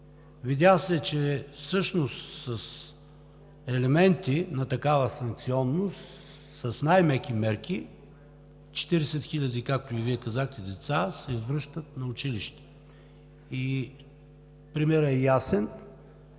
видя се, че всъщност с елементи на такава санкционност, с най-меки мерки 40 хиляди деца, както и Вие казахте, се връщат на училище. Примерът е ясен.